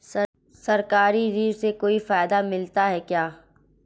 सरकारी ऋण से कोई फायदा मिलता है क्या?